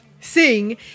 sing